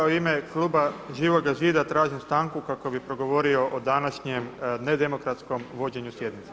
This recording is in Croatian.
U ime kluba Živoga zida tražim stanku kako bih progovorio o današnjem nedemokratskom vođenju sjednice.